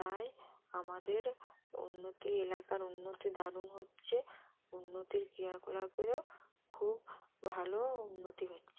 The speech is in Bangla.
তাই আমাদের উন্নতি এলাকার উন্নতি দারুণ হচ্ছে উন্নতির ক্রিয়াকলাপেরও খুব ভালো উন্নতি হচ্ছে